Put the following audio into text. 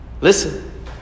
Listen